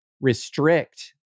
restrict